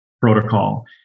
protocol